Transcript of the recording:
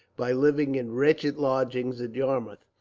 by living in wretched lodgings at yarmouth,